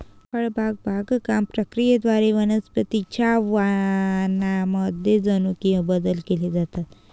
फळबाग बागकाम प्रक्रियेद्वारे वनस्पतीं च्या वाणांमध्ये जनुकीय बदल केले जातात